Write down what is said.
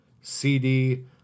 CD